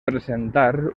presentar